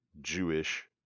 jewish